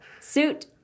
suit